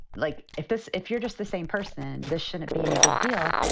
like, if this if you're just the same person. this shouldn't be any big deal,